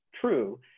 true